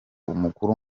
umukuru